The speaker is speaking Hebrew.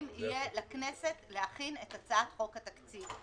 יהיו לכנסת להכין את הצעת חוק התקציב.